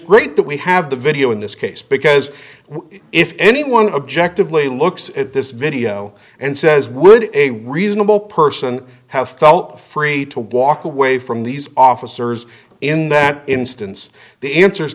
great that we have the video in this case because if anyone objectively looks at this video and says would a reasonable person have felt free to walk away from these officers in that instance the answer